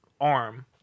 arm